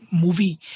movie